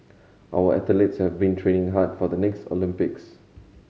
our athletes have been training hard for the next Olympics